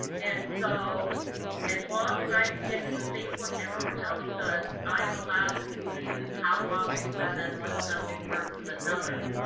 and so as long as i could get to the same point everyone else does, i'm allowed to pick and choose how long i spend on one subject versus another.